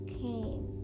came